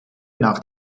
nach